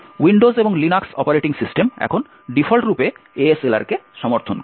Windows এবং Linux operating system এখন ডিফল্টরূপে ASLR সমর্থন করে